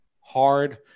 hard